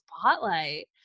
spotlight